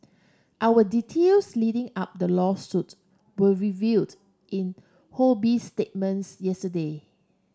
our details leading up the lawsuit were revealed in Ho Bee's statements yesterday